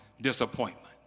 disappointment